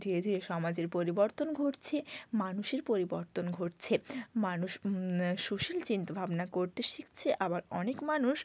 ধীরে ধীরে সমাজের পরিবর্তন ঘটছে মানুষের পরিবর্তন ঘটছে মানুষ সোশ্যাল চিন্তাভাবনা করতে শিখছে আবার অনেক মানুষ